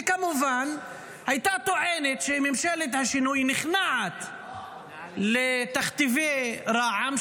וכמובן הייתה טוענת שממשלת השינוי נכנעת לתכתיבי רע"מ,